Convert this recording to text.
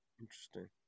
interesting